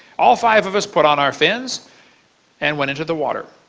all five of us put on our fins and went into the water.